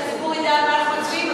כדי שהציבור ידע על מה אנחנו מצביעים.